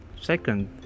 second